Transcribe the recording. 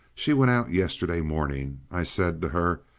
she went out yesterday morning! i said to her,